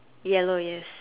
yellow yes